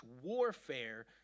warfare